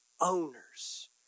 owners